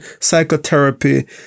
psychotherapy